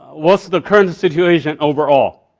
what's the current situation overall.